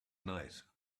night